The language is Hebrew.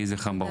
יהי זכרם ברוך.